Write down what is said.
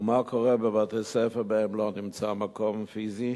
ומה קורה בבתי-ספר שבהם לא נמצא מקום פיזי